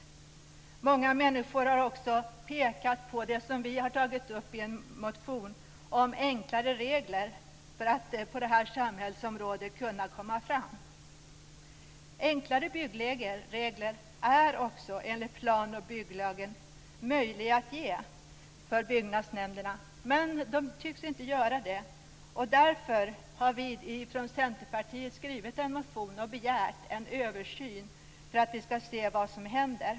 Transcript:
Många människor har också pekat på det som vi har tagit upp i en motion om enklare regler för att på det här samhällsområdet kunna komma fram. Enklare byggregler är också enligt plan och bygglagen möjliga att ge för byggnadsnämnderna, men det tycks inte bli så. Därför har vi från Centerpartiet i en motion begärt en översyn för att se vad som händer.